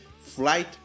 Flight